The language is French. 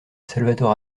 salvatore